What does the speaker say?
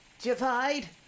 divide